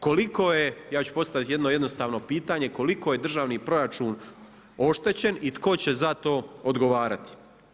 Koliko je, ja ću postaviti jedno jednostavno pitanje, Državni proračun oštećen i tko će za to odgovarati?